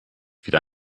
wieder